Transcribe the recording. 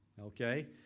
Okay